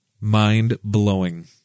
mind-blowing